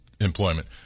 employment